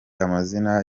amazina